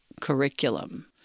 curriculum